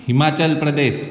Himachal Pradesh